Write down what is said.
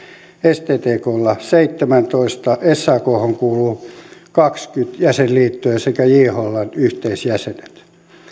sttklla seitsemäntoista sakhon kuuluu kaksikymmentä jäsenliittoa sekä jhln yhteisjäsenet